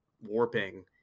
warping